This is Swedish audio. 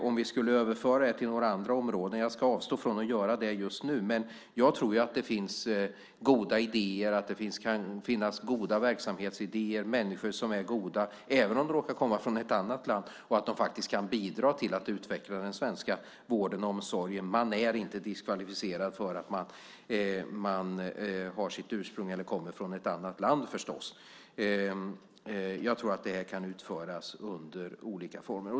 Om vi skulle överföra det till några andra områden - jag ska avstå från att göra det just nu - tror jag att det finns goda idéer, goda verksamhetsidéer och människor som är goda även om de råkar komma från ett annat land och som kan bidra till att utveckla den svenska vården och omsorgen. Man är inte diskvalificerad för att man har sitt ursprung i eller kommer från ett annat land. Jag tror att det här kan utföras i olika former.